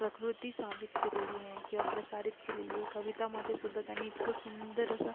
प्रकृती साबीत केलेली आहे किंवा प्रसारित केलेली आहे कवितामध्ये सुद्धा त्यांनी इतकं सुंदर असं